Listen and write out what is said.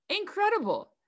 Incredible